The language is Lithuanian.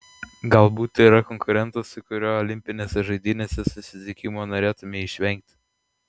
galbūt yra konkurentas su kuriuo olimpinėse žaidynėse susitikimo norėtumei išvengti